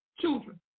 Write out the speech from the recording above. children